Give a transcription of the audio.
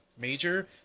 major